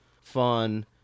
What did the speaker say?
fun